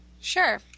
sure